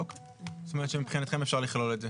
אוקיי, זאת אומרת שמבחינתכם אפשר לכלול את זה.